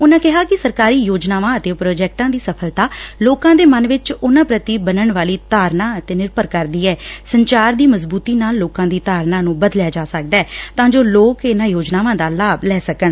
ਉਨਾਂ ਕਿਹਾ ਕਿ ਸਰਕਾਰੀ ਯੋਜਨਾਵਾਂ ਅਤੇ ਪ੍ਰੋਜੈਕਟਾਂ ਦੀ ਸਫਲਤਾਂ ਲੋਕਾਂ ਦੇ ਮਨ ਵਿਚ ਉਨਾਂ ਪ੍ਰਤੀ ਬਣਨ ਵਾਲੀ ਧਾਰਨਾ ਤੇ ਨਿਰਭਰ ਕਰਦੀ ਐ ਸੰਚਾਰ ਦੀ ਮਜਬੁਤੀ ਨਾਲ ਲੋਕਾਂ ਦੀ ਧਾਰਨਾ ਨੂੰ ਬਦਲਿਆਂ ਜਾ ਸਕਦੈ ਤਾਂ ਜੋ ਲੋਕ ਇਨਾਂ ਯੋਜਨਾਵਾਂ ਦਾ ਲਾਭ ਲੈ ਸਕਣ